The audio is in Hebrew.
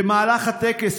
במהלך הטקס,